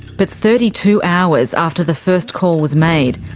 but thirty two hours after the first call was made,